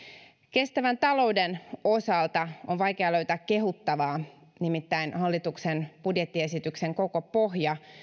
kestävän talouden osalta on vaikea löytää kehuttavaa nimittäin hallituksen budjettiesityksen koko pohja